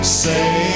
say